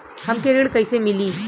हमके ऋण कईसे मिली?